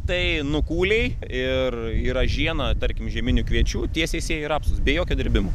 tai nukūlei ir į ražieną tarkim žieminių kviečių tiesiai sėji rapsus be jokio dirbimo